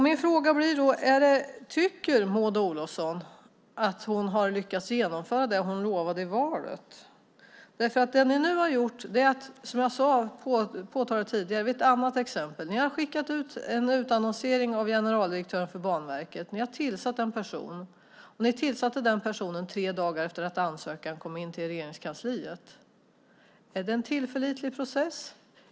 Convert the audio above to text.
Min fråga blir då: Tycker Maud Olofsson att hon har lyckats genomföra det hon lovade före valet? Det ni nu har gjort är, som jag påtalade tidigare vid ett annat exempel, att ni har utannonserat tjänsten som generaldirektör för Banverket. Ni har tillsatt en person. Ni tillsatte den personen tre dagar efter att ansökan kom in till Regeringskansliet. Är det en tillförlitlig process?